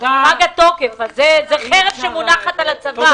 זו חרב שמונחת על הצוואר.